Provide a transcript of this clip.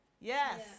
Yes